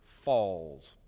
falls